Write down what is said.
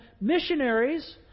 missionaries